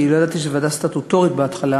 כי לא ידעתי שזו ועדה סטטוטורית בהתחלה,